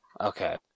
Okay